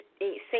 say